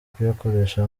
kuyakoresha